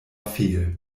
fehl